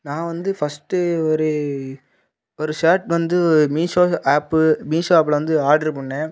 நான் வந்து ஃபஸ்ட்டு ஒரு ஒரு ஷேர்ட் வந்து மீஷோ ஆப்பு மீஷோ ஆப்பில் வந்து ஆட்ரு பண்ணேன்